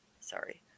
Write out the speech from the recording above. Sorry